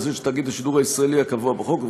לזה של תאגיד השידור הישראלי הקבוע בחוק,